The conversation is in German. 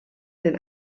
den